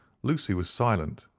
lucy was silent,